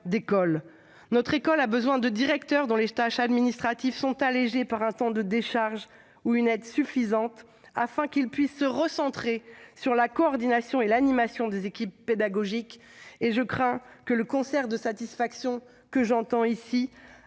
Notre école a besoin de directeurs dont les tâches administratives sont allégées par l'octroi d'un temps de décharge ou d'une aide suffisante, afin qu'ils puissent se recentrer sur la coordination et l'animation des équipes pédagogiques. Je crains que le concert de satisfaction que j'entends ici